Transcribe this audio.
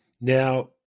now